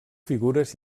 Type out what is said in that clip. figures